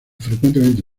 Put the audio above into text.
frecuentemente